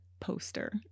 Poster